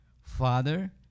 father